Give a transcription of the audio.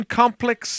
complex